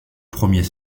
premier